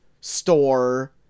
store